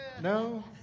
No